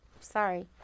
sorry